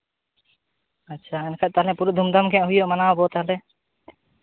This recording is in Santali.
ᱟᱪᱪᱷᱟ ᱛᱟᱦᱚᱞᱮ ᱯᱩᱨᱟᱹ ᱫᱷᱩᱢ ᱫᱷᱟᱢ ᱜᱮ ᱦᱩᱭᱩᱜᱼᱟ ᱢᱟᱱᱟᱣ ᱟᱵᱚ ᱛᱟᱦᱚᱞᱮ